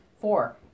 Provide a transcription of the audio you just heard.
Four